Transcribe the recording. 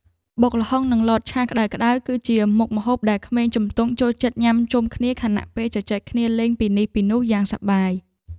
បុកល្ហុងនិងលតឆាក្ដៅៗគឺជាមុខម្ហូបដែលក្មេងជំទង់ចូលចិត្តញ៉ាំជុំគ្នាខណៈពេលជជែកគ្នាលេងពីនេះពីនោះយ៉ាងសប្បាយ។